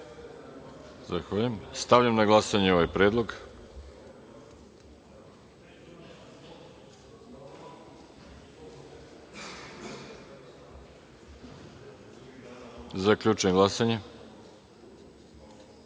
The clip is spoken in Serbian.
Arsić** Stavljam na glasanje ovaj predlog. Zaključujem glasanje: